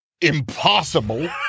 impossible